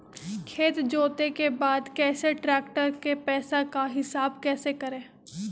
खेत जोते के बाद कैसे ट्रैक्टर के पैसा का हिसाब कैसे करें?